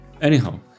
Anyhow